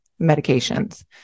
medications